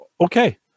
okay